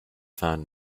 found